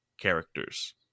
characters